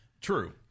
True